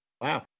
wow